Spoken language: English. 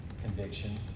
conviction